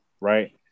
right